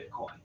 Bitcoin